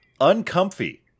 uncomfy